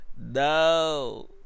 no